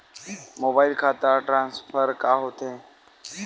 Mobile खाता transfer का होथे?